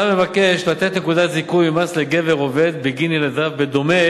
אתה מבקש לתת נקודות זיכוי ממס לגבר עובד בגין ילדיו בדומה